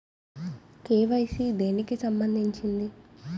KYC దేనికి సంబందించింది?